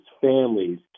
families